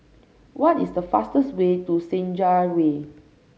what is the fastest way to Senja Way